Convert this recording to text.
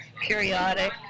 periodic